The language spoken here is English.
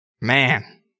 Man